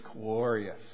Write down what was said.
glorious